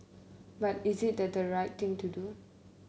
but is it that the right thing to do